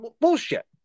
Bullshit